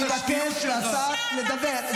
תגיד לי, מה, הכול אפשר?